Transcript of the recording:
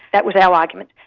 that was our argument.